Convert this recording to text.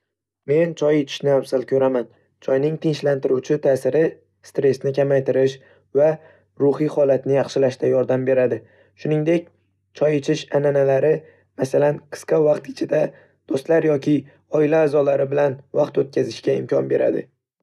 Men choy ichishni afzal ko'raman. Choyning tinchlantiruvchi ta'siri stressni kamaytirish va ruhiy holatni yaxshilashda yordam beradi, shuningdek, choy ichish an'analari, masalan, qisqa vaqt ichida do'stlar yoki oila a'zolari bilan vaqt o'tkazishga imkon beradi.